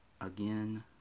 again